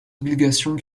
obligations